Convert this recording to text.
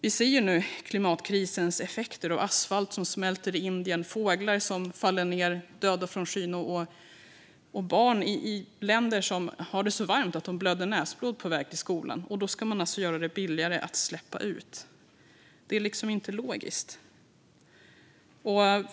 Vi ser ju klimatkrisens effekter nu - asfalt som smälter i Indien, fåglar som faller döda från skyn och länder där det är så varmt att barn blöder näsblod på väg till skolan. Och då gör man det billigare att släppa ut. Det är liksom inte logiskt.